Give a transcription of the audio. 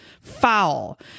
Foul